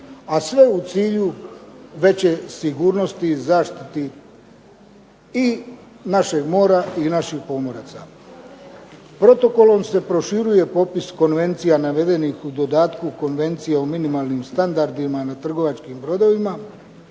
a sve u cilju veće sigurnosti i zaštiti i našeg mora i naših pomoraca. Protokolom se proširuje popis konvencija navedenih u dodatku konvencije o minimalnim standardima na trgovačkim brodovima,